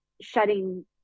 shutting